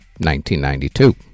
1992